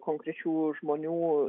konkrečių žmonių